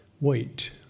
Wait